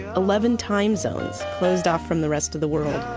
eleven time-zones closed off from the rest of the world.